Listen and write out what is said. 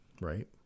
Right